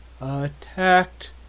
Attacked